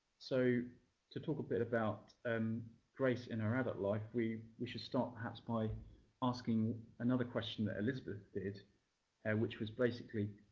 so to talk a bit about um grace in her adult life, we we should start, perhaps, by asking another question that elizabeth did which was, basically,